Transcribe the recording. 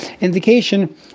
indication